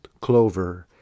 clover